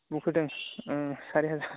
मुखौ दं सारि हाजार